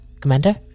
Commander